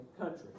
country